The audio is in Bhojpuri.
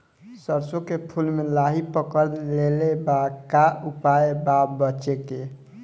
सरसों के फूल मे लाहि पकड़ ले ले बा का उपाय बा बचेके?